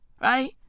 right